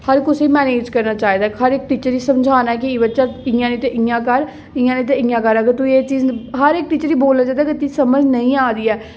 हर कुसै गी मेनैज करना चाहिदा हर इक्क टीचर गी समझाना ऐ की बच्चा इं'या निं ते इं'या कर इं'या निं ते इं'या कर अगर तू गी एह् चीज़ हर इक्क टीचर गी बोलना चाहिदा की समझ निं आ दी ऐ